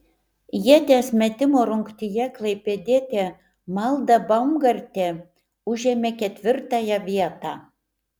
ieties metimo rungtyje klaipėdietė malda baumgartė užėmė ketvirtąją vietą